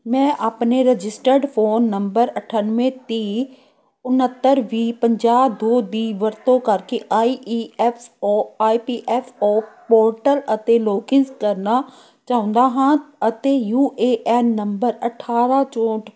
ਮੈਂ ਆਪਣੇ registered phone number ਅਠੱਨਵੇ ਤੀਹ ਉਨੱਤਰ ਵੀਹ ਪੰਜਾਹ ਦੋ ਦੀ ਵਰਤੋਂ ਕਰਕੇ I E F O I P F O portal ਅਤੇ ਲੌਗਇਨ ਕਰਨਾ ਚਾਹੁੰਦਾ ਹਾਂ ਅਤੇ ਯੂ ਏ ਐਨ ਨੰਬਰ ਅਠਾਰਾਂ ਚੌਂਹਠ